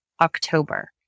October